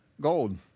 gold